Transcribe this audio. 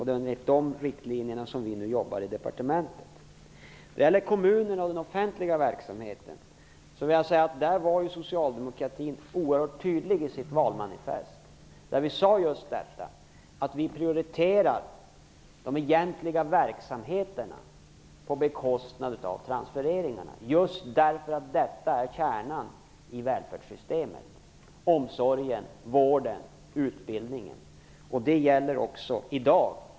Det är enligt dessa riktlinjer som vi nu jobbar i departementet. När det gäller kommunerna och den offentliga verksamheten var vi socialdemokrater oerhört tydliga i valmanifestet. Vi sade att vi prioriterar de egentliga verksamheterna på bekostnad av transfereringarna just därför att de är kärnan i välfärdssystemet - omsorgen, vården och utbildningen.